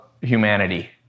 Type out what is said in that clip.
humanity